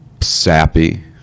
sappy